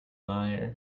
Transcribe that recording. liar